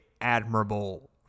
admirable